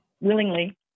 willingly